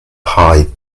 hide